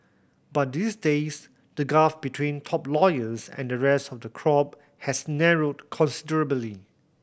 but these days the gulf between top lawyers and the rest of the crop has narrowed considerably